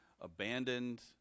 abandoned